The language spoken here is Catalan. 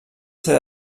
ser